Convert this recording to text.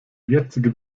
jetzige